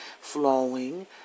flowing